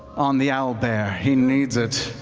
on the owlbear, he needs it.